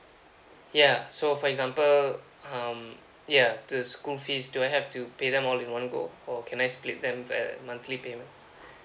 ya so for example um ya the school fees do I have to pay them all in one go or can I split them like monthly payments